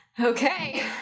Okay